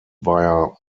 via